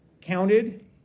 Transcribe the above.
counted